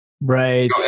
right